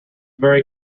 very